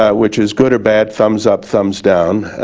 ah which is good or bad, thumbs up, thumbs down.